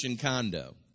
condo